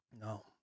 No